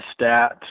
stats